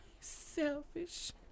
selfish